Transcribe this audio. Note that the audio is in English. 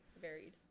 varied